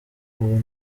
ubu